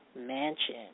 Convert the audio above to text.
mansion